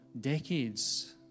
decades